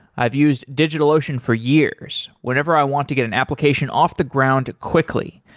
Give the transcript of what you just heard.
i've used digitalocean for years whenever i want to get an application off the ground quickly,